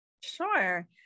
Sure